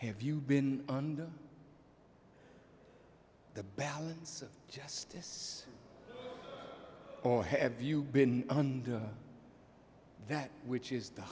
have you been under the balance of justice or have you been under that which is the